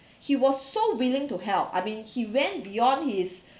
he was so willing to help I mean he went beyond his